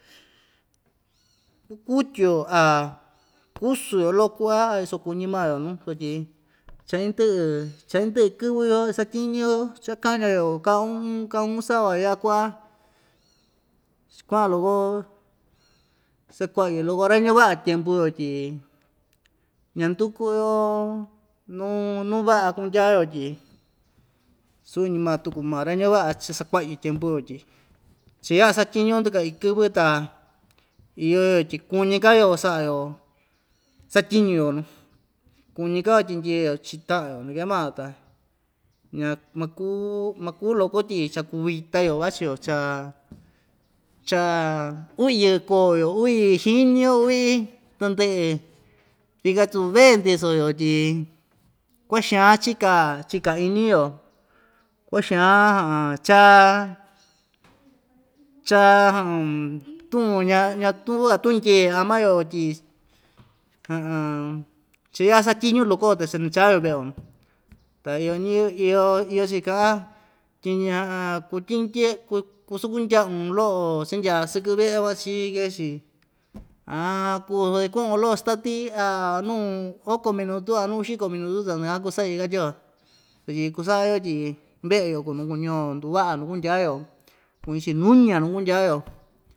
kukutyio a kusu‑yo lo'o ku'a a iso kuñi maa‑yo nuu sutyi cha indɨ'ɨ cha indɨ'ɨ kɨvɨ‑yo isatyiñu‑yo chakaña‑yo ka u'un ka u'un sava iya'a ku'a chi kua'an loko sakua'yɨ loko ra‑ñava'a tyempu‑yo tyi ñanduku‑yo nuu nuu va'a kundyaa‑yo tyi suu‑ñi ma tuku maa ra‑ñava'a chasakua'yɨ tyempu‑yo tyi cha ya'a satyiñu ndɨka iin kɨvɨ ta iyo‑yo tyi kuñika‑yo sa'a‑yo satyiñu‑yo nu kuñikao tyindyee‑yo chii ta'an‑yo na ke maa‑yo ta ña makuu maku loko tyi chakuvita‑yo vachio cha cha u'vi yɨkɨ koo‑yo u'vi xiñi‑yo u'vi tandɨ'ɨ vika tu vee ndiso‑yo tyi kua'a xan chika chika iñi‑yo kua'a xan cha cha tu'un ña ñatu‑ka tu'un ndyee ama‑yo tyi cha ya'a satyiñu loko‑yo ta chanachaa‑yo ve'e‑yo nu ta iyo ñɨ iyo iyo‑chi ka'an tyi ña kutyindye ku kusakundya'un lo'o cha‑ndyaa sɨkɨ ve'e van chií kee‑chi kuu so ku'von lo'o statí a nuu oko menutu a nu uxiko minutu ta ndɨka'an kusa'i katyio sutyi kusa'a‑yo tyi ve'e‑yo kuu nuu kuñi‑yo nduva'a nukundyaa‑yo kuñi‑chi nuña nukundya‑yo.